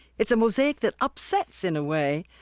it's a mosaic that upsets, in a way,